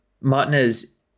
Martinez